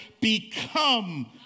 become